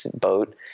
boat